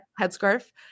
headscarf